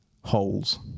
holes